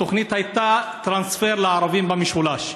התוכנית הייתה טרנספר לערבים במשולש.